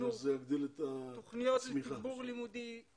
לתוכניות תגבור לימודי,